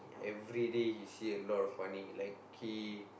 everyday he see a lot of money like he